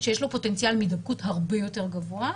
שיש לו פוטנציאל הידבקות הרבה יותר גבוה.